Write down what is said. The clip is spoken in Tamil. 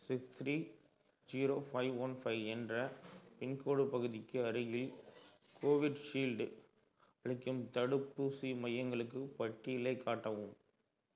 six three zero five one five என்ற பின்கோடு பகுதிக்கு அருகில் கோவிட்ஷீல்டு அளிக்கும் தடுப்பூசி மையங்களுக்கு பட்டியலைக் காட்டவும்